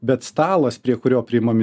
bet stalas prie kurio priimami